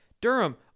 Durham